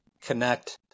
connect